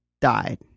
died